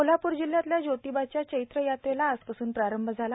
कोल्हापूर जिल्ह्यातल्या ज्योतिबाच्या चैत्र यात्रेला आजपासून प्रारंभ झाला